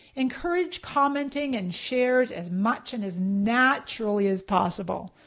encourage commenting and shares as much and as naturally as possible.